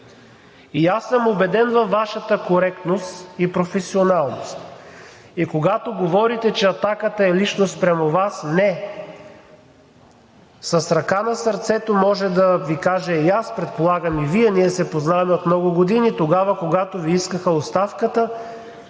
Салчев. Убеден съм във Вашата коректност и професионалност. Когато говорите, че атаката е лично спрямо Вас – не. С ръка на сърцето мога да Ви кажа и аз, предполагам и Вие – ние се познаваме от много години, тогава, когато Ви искаха оставката,